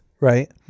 right